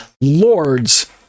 lords